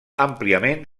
àmpliament